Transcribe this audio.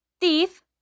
Thief